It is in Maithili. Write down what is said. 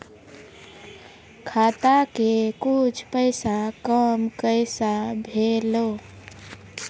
खाता के कुछ पैसा काम कैसा भेलौ?